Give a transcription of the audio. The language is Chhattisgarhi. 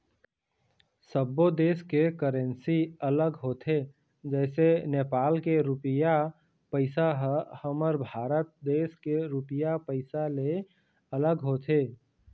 सब्बो देस के करेंसी अलग होथे जइसे नेपाल के रुपइया पइसा ह हमर भारत देश के रुपिया पइसा ले अलग होथे